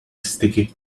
sticky